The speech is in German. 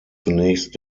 zunächst